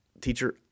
teacher